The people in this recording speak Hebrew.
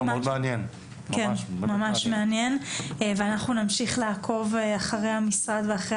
אנחנו נמשיך לעקוב אחרי המשרד ואחרי